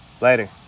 Later